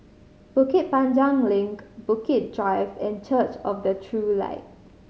Bukit Panjang Link Bukit Drive and Church of the True Light